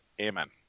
Amen